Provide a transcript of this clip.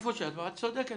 מהמקום שאת באה את צודקת,